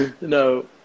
No